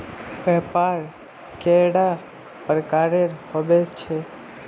व्यापार कैडा प्रकारेर होबे चेक?